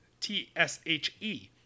T-S-H-E